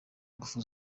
ingufu